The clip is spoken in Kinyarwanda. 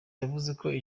yavuze